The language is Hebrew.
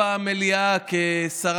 חבר הכנסת אמסלם, תן לי, תן קצת כבוד לשר.